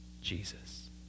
Jesus